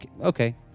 Okay